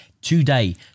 today